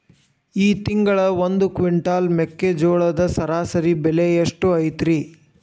ಈ ತಿಂಗಳ ಒಂದು ಕ್ವಿಂಟಾಲ್ ಮೆಕ್ಕೆಜೋಳದ ಸರಾಸರಿ ಬೆಲೆ ಎಷ್ಟು ಐತರೇ?